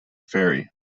ferry